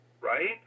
Right